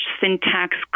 syntax